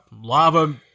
lava